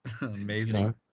Amazing